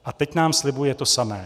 A teď nám slibuje to samé.